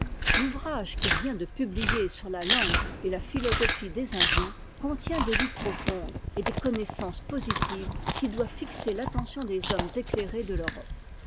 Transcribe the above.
l'ouvrage qu'il vient de publier sur la langue et la philosophie des indiens contient des vues profondes et des connaissances positives qui doivent fixer l'attention des hommes éclairés de l'europe